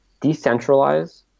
decentralize